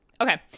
okay